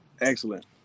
excellent